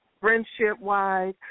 friendship-wise